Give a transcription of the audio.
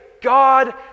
God